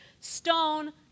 stone